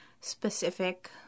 specific